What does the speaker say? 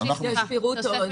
יש פירוט של